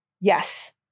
Yes